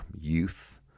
youth